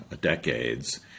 decades